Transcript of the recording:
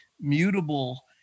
mutable